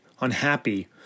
unhappy